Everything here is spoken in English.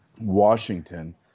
Washington